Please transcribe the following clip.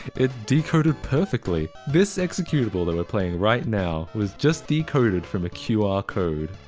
it decoded perfectly! this executable that we're playing right now was just decoded from a qr code.